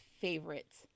favorites